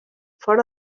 fora